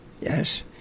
Yes